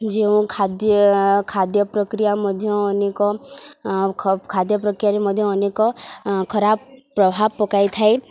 ଯେଉଁ ଖାଦ୍ୟ ଖାଦ୍ୟ ପ୍ରକ୍ରିୟା ମଧ୍ୟ ଅନେକ ଖ ଖାଦ୍ୟ ପ୍ରକ୍ରିୟାରେ ମଧ୍ୟ ଅନେକ ଖରାପ ପ୍ରଭାବ ପକାଇ ଥାଏ